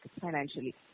financially